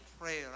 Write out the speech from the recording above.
prayer